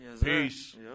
Peace